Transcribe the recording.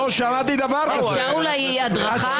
לא, לא יכול להיות, טעית איל, תבדוק